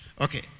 Okay